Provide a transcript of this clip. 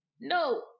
No